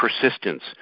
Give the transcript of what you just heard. persistence